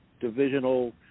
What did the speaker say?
divisional